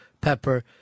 Pepper